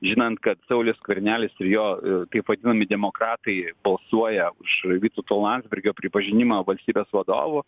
žinant kad saulius skvernelis ir jo taip vadinami demokratai balsuoja už vytauto landsbergio pripažinimą valstybės vadovu